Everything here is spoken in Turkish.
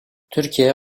türkiye